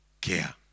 care